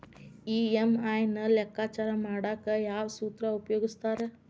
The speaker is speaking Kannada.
ಇ.ಎಂ.ಐ ನ ಲೆಕ್ಕಾಚಾರ ಮಾಡಕ ಯಾವ್ ಸೂತ್ರ ಉಪಯೋಗಿಸ್ತಾರ